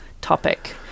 topic